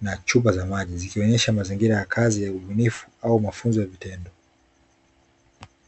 na chupa za maji; zikionyesha mazingira ya kazi ya ubunifu au mafunzo ya vitendo.